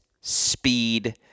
speed